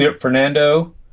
Fernando